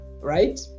right